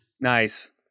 Nice